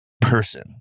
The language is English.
Person